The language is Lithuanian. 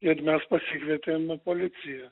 ir mes pasikvietėm policiją